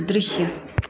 दृश्य